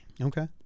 Okay